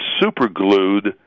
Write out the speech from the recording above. superglued